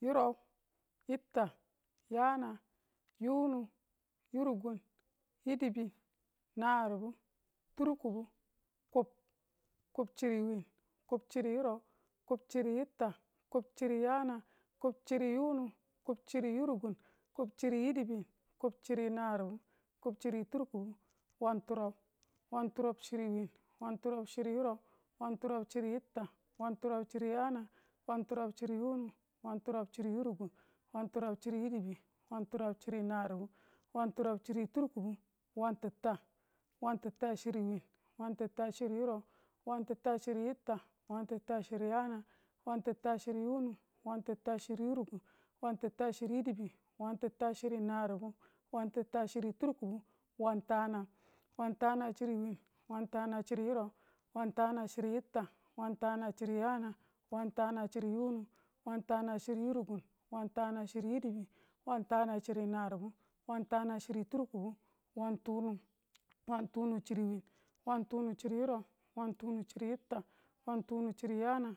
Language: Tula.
yuran. yitta. yaanang. yunnu. yurukuuk. yidibu. narib. kub. kub chiri wun. kub chiri yirau. kub chiri yitta. kub chiri yaanang. kub chiri ywunu. kub chiri yuurukuun. kub chiri yidibin. kub chiri naribu. kub chiri turkibu. wanturau. wanturau chiri wun. wanturau chiri yurau. wanturau chiri yitta. wanturau chiri yaanang. wanturau chiri yunu. wanturau chiri yuurukuun. wanturau chiri yidibin. wanturau chiri naribu. wanturau chiri turkubu. wan titta. wan titta chiri wiin. wan titta chiri yurau. wan titta chiri yitta. wan titta chiri yaanang. wan titta chiri yuunu. wan titta chiri yurukuun. wan titta chiri yidibin. wan titta chiri naribu. wan titta chiri turkubu. wantanang. wantanang chiri wiin. wantanang chiri yurau. wantanang chiri yitta. wantanang chiri yaanang. wantanang chiri yunu. wantanang chiri yurukuun. wantanang chiri yidibin. wantanang chiri naribu. wantanang chiri turkubu. wanturukum. wanturukun chiri wiin. wanturukun chiri yurau. wanturukun chiri yitta. wanturukun chiri yaanang.